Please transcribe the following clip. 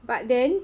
but then